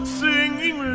singing